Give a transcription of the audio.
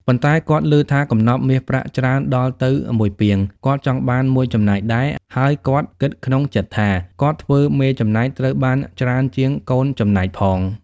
ប៉ុន្តែគាត់ឮថាកំណប់មាសប្រាក់ច្រើនដល់ទៅ១ ពាង គាត់ចង់បាន ១ ចំណែកដែរហើយគាត់គិតក្នុងចិត្តថា “គាត់ធ្វើមេចំណែកត្រូវបានច្រើនជាងកូនចំណែកផង ”។